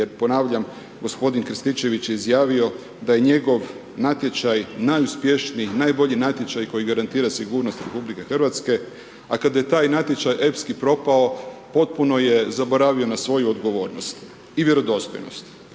jel ponavljam gospodin Krstičević je izjavio da je njegov natječaj najuspješniji, najbolji natječaj koji garantira sigurnost RH, a kada je taj natječaj epski propao potpuno je zaboravio na svoju odgovornost i vjerodostojnost.